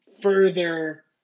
further